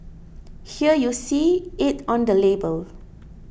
here you see it on the label